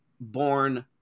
born